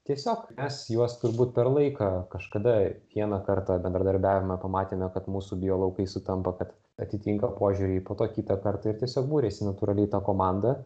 tiesiog mes juos turbūt per laiką kažkada vieną kartą bendradarbiavime pamatėme kad mūsų biolaukai sutampa kad atitinka požiūriai į po to kitą kartą ir tiesiog buriasi natūraliai ta komanda